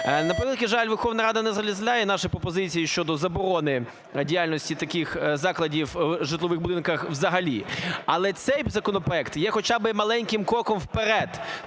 На превеликий жаль, Верховна Рада не розділяє наші пропозиції щодо заборони діяльності таких закладів в житлових будниках взагалі, але цей законопроект є хоча би маленьким кроком вперед.